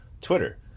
Twitter